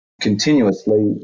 continuously